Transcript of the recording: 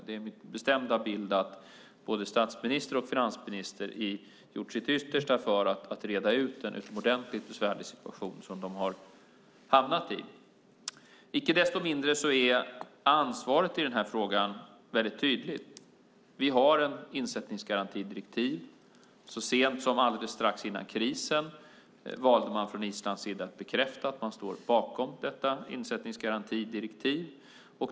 Det är min bestämda bild att både statsministern och finansministern har gjort sitt yttersta för att reda ut den utomordentligt besvärliga situation som man har hamnat i. Icke desto mindre är ansvaret i den här frågan väldigt tydligt. Vi har ett insättningsgarantidirektiv. Så sent som alldeles strax före krisen valde man från Islands sida att bekräfta att man står bakom detta insättningsgarantidirektiv.